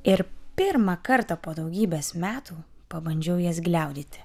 ir pirmą kartą po daugybės metų pabandžiau jas gliaudyti